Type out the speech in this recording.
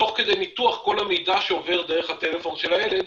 תוך כדי ניתוח כל המידע שעובר דרך הטלפון של הילד,